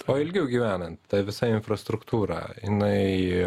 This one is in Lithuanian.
o ilgiau gyvenant ta visa infrastruktūra inai